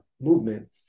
movement